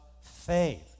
faith